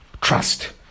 trust